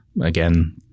again